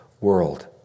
world